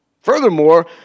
Furthermore